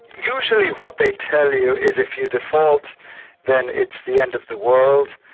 usually what they tell you is if you default then it's the end of the world.